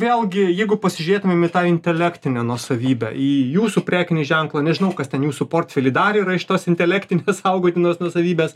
vėlgi jeigu pasižiūrėtumėm į tą intelektinę nuosavybę į jūsų prekinį ženklą nežinau kas ten jūsų portfely dar yra iš tos intelektinės saugotinos nuosavybės